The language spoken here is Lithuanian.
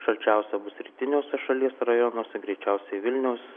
šalčiausia bus rytiniuose šalies rajonuose greičiausiai vilniaus